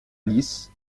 lis